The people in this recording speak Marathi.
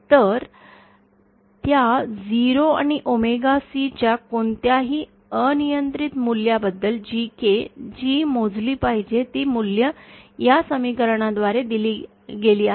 तर त्या 0 आणि ओमेगा C च्या कोणत्याही अनियंत्रित मूल्याबद्दल GK जी मोजली पाहिजे ती मूल्ये या समीकरणाद्वारे दिली गेली आहेत